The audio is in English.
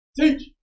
Teach